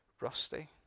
rusty